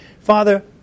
Father